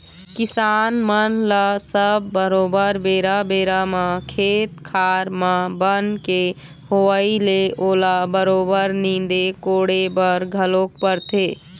किसान मन ल सब बरोबर बेरा बेरा म खेत खार म बन के होवई ले ओला बरोबर नींदे कोड़े बर घलोक परथे